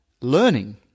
learning